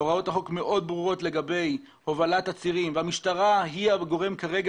הוראות החוק מאוד ברורות לגבי הובלת עצירים והמשטרה היא הגורם כרגע,